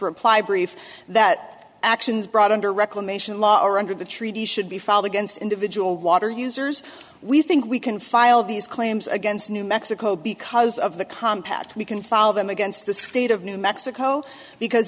reply brief that actions brought under reclamation law or under the treaty should be filed against individual water users we think we can file these claims against new mexico because of the compact we can follow them against the state of new mexico because